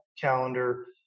calendar